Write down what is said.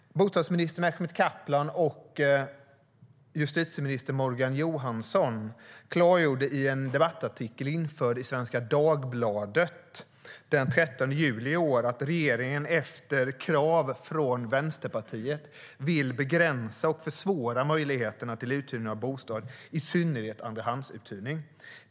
Bostadsminister Mehmet Kaplan och justitieminister Morgan Johansson klargjorde i en debattartikel införd i Svenska Dagbladet den 13 juli i år att regeringen efter krav från Vänsterpartiet vill begränsa och försvåra möjligheterna till uthyrning av bostad, i synnerhet andrahandsuthyrning.